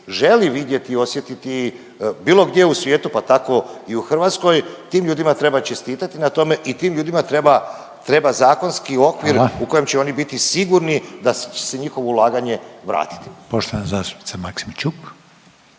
želi vidjeti i osjetiti bilo gdje u svijetu pa tako i u Hrvatskoj, tim ljudima treba čestitati na tome i tim ljudima treba zakonski …/Upadica Reiner: Hvala./… okvir u kojem će oni biti sigurno da će se njihovo ulaganje vratiti. **Reiner, Željko